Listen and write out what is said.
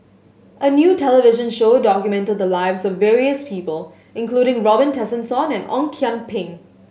a new television show documented the lives of various people including Robin Tessensohn and Ong Kian Peng